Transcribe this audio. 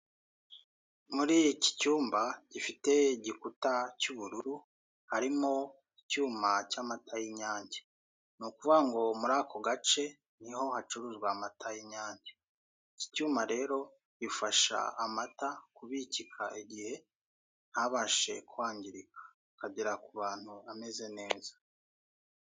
Muri iki cyumba gifite igikuta cy'ubururu, harimo icyuma cy'amata y'inyange. Ni ukuvuga ngo muri ako gace ni ho hacuruzwa amata y'inyange, iki cyuma rero gifasha amata kubikika igihe ntabashe kwangirika akagera ku bantu ameze neza.